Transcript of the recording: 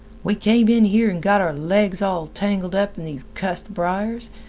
we came in here and got our legs all tangled up in these cussed briers,